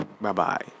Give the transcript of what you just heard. Bye-bye